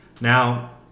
Now